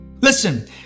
Listen